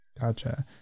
Gotcha